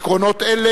עקרונות אלו,